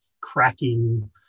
cracking